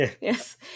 Yes